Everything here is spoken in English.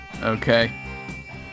Okay